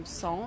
son